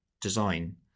design